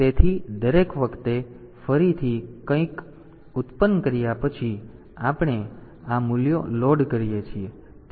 તેથી દરેક વખતે ફરીથી કંઈક ઉત્પન્ન કર્યા પછી આપણે આ મૂલ્યો લોડ કરીએ છીએ